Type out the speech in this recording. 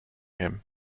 him